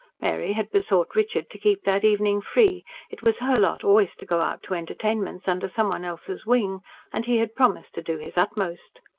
mary had besought richard to keep that evening free it was her lot always to go out to entertainments under some one else's wing and he had promised to do his utmost.